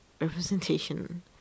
representation